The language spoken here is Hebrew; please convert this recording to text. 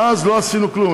ואז לא עשינו כלום,